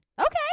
Okay